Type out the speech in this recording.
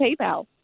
PayPal